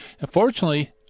Unfortunately